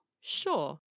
Sure